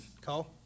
Cole